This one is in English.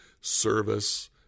service